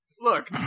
Look